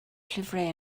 llyfrau